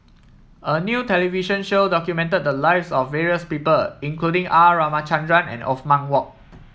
a new television show documented the lives of various people including R Ramachandran and Othman Wok